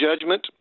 judgment